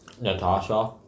Natasha